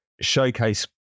showcase